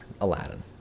aladdin